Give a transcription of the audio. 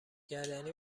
گردنی